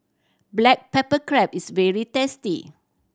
black pepper crab is very tasty